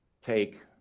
take